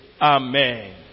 Amen